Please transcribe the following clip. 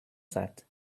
that